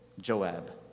Joab